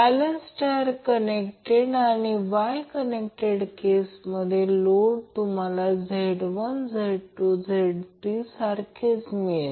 balance star connected आणि Y connected केसमध्ये load तुम्हाला Z1 Z2 Z3 सारखेच मिळेल